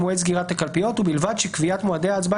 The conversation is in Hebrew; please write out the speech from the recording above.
מועד סגירת הקלפיות) ובלבד שקביעת מועדי ההצבעה